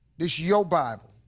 this your bible,